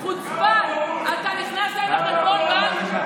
מס אוסאמה-אוחנה,